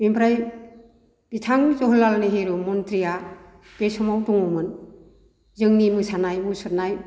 बेनिफ्राय बिथां जवाहरलाल नेहरु मन्थ्रिआ बे समाव दंमोन जोंनि मोसानाय मुसुरनाय